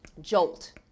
jolt